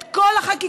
את כל החקיקה,